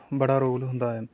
ਬੜਾ ਰੋਲ ਹੁੰਦਾ ਹੈ